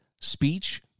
speech